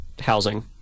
housing